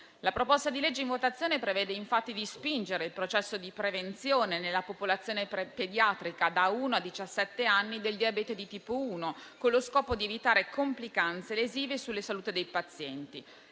La proposta di legge in votazione prevede infatti di spingere il processo di prevenzione nella popolazione pediatrica, da uno a diciassette anni, del diabete di tipo 1, con lo scopo di evitare complicanze lesive sulla salute dei pazienti.